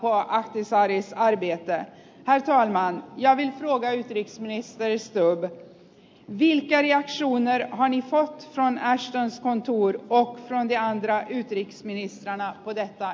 det nu föreslagna institutet skulle delta i global konfliktlösning särskilt inom fn och utbilda experter för situationer där traditionell diplomati inte alltid kan utnyttjas